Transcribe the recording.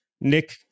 Nick